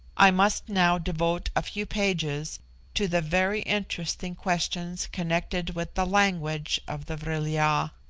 i must now devote a few pages to the very interesting questions connected with the language of the vril-ya.